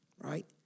right